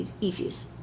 E-fuse